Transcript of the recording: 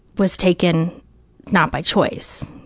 was taken not by choice.